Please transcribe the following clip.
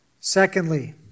Secondly